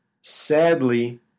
Sadly